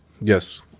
Yes